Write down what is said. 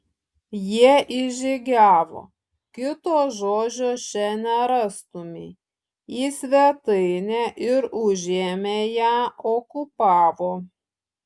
jie įžygiavo kito žodžio čia nerastumei į svetainę ir užėmė ją okupavo